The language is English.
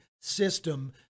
system